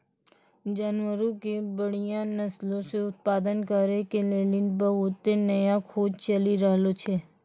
जानवरो के बढ़िया नस्लो के उत्पादन करै के लेली बहुते नया खोज चलि रहलो छै